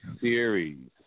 series